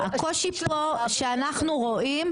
הקושי פה שאנחנו רואים,